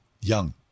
Young